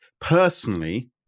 personally